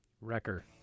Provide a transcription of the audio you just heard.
Wrecker